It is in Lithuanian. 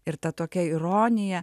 ir ta tokia ironija